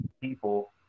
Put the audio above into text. people